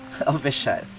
official